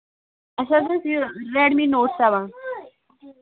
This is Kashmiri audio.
اَسہِ حظ ٲس یہِ ریڈ می نوٹ سیوَن